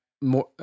more